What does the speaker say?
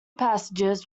passages